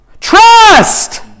Trust